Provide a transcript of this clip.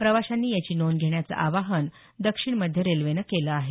प्रवाशांनी याची नोंद घेण्याचं आवाहन दक्षिण मध्य रेल्वेनं केलं आहे